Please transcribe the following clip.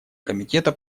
комитета